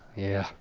yeah.